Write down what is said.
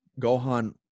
gohan